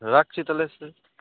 রাখছি তাহলে স্যার